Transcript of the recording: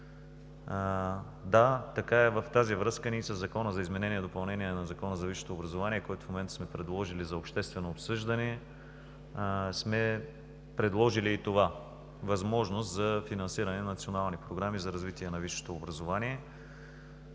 Да, така е и в тази връзка със Закона за изменение и допълнение на Закона за висшето образование, който в момента сме предложили за обществено обсъждане, сме предложили и това – възможност за финансиране на национални програми за развитие на висшето образование.